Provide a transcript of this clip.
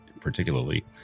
particularly